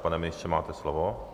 Pane ministře, máte slovo.